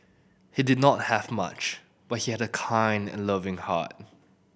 he did not have much but he had a kind and loving heart